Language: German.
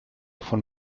von